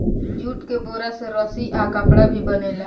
jute के बोरा से रस्सी आ कपड़ा भी बनेला